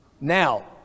Now